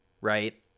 right